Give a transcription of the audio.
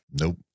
nope